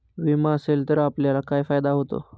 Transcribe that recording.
विमा असेल तर आपल्याला काय फायदा होतो?